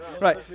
Right